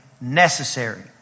necessary